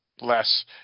less